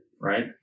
Right